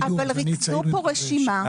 אבל ריכזו פה רשימה --- אני צעיר יותר.